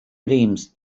prims